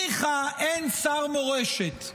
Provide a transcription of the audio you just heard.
ניחא אין שר מורשת,